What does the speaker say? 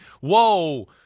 whoa